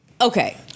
Okay